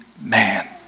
man